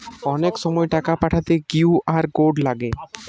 অনেক সময় টাকা পাঠাতে কিউ.আর কোড লাগে